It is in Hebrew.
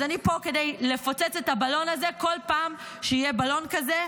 אז אני פה כדי לפוצץ את הבלון הזה בכל פעם שיהיה בלון כזה.